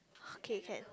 okay can